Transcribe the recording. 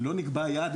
לא נקבע יעד,